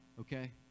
Okay